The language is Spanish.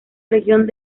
región